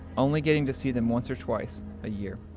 only getting to see them once or twice a year.